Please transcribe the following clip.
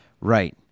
Right